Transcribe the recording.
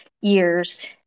years